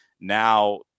now